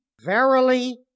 Verily